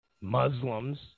Muslims